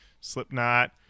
Slipknot